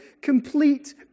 complete